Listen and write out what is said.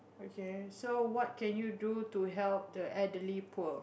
okay so what can you do to help the elderly poor